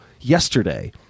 yesterday